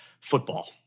football